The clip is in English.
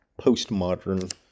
postmodern